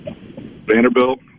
Vanderbilt